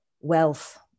wealth